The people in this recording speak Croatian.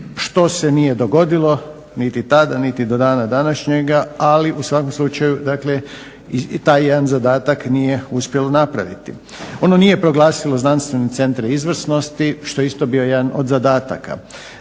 što se nije dogodilo niti tada niti do dana današnjega, ali u svakom slučaju dakle i taj jedan zadatak nije uspjelo napraviti. Ono nije proglasilo znanstvene centre izvrsnosti što je isto bio jedan od zadataka.